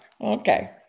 okay